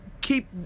keep